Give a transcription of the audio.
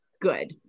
good